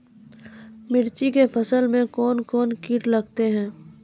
मिर्ची के फसल मे कौन कौन कीट लगते हैं?